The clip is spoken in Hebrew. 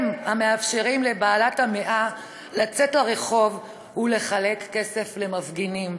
היא המאפשרת לבעלת המאה לצאת אל הרחוב ולחלק כסף למפגינים.